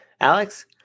alex